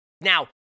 Now